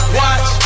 watch